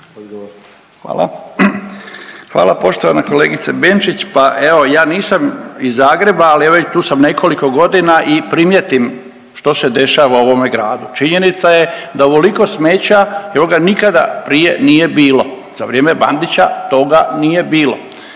Hvala. Hvala poštovana kolegice Benčić. Pa evo, ja nisam iz Zagreba, ali evo već tu sam nekoliko godina i primijetim što se dešava u ovome gradu. Činjenica je da ovoliko smeća .../Govornik se ne razumije./... nikada prije nije bilo. Za vrijeme Bandića toga nije bilo.